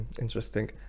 interesting